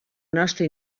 nostra